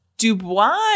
Dubois